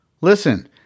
Listen